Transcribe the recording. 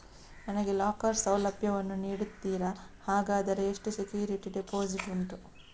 ನನಗೆ ಲಾಕರ್ ಸೌಲಭ್ಯ ವನ್ನು ನೀಡುತ್ತೀರಾ, ಹಾಗಾದರೆ ಎಷ್ಟು ಸೆಕ್ಯೂರಿಟಿ ಡೆಪೋಸಿಟ್ ಉಂಟು?